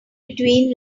between